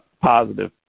positive